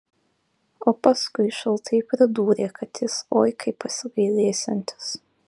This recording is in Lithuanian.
o paskui šaltai pridūrė kad jis oi kaip pasigailėsiantis